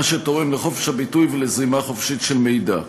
מה שתורם לחופש הביטוי ולזרימה חופשית של מידע.